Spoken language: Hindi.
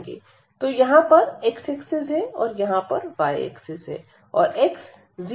तो यहां पर x एक्सिस है और यहां पर y एक्सिस और x 0से इस बिंदु तक जाता है